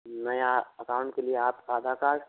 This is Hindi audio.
नया अकाउंट के लिए आप आधार कार्ड